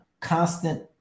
constant